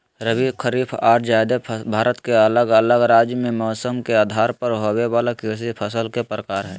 रबी, खरीफ आर जायद भारत के अलग अलग राज्य मे मौसम के आधार पर होवे वला कृषि फसल के प्रकार हय